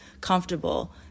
comfortable